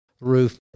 roof